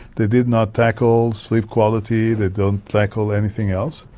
they did not tackle sleep quality, they don't tackle anything else,